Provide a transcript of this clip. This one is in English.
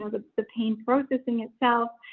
ah the the pain processing itself,